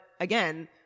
again